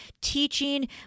teaching